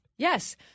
Yes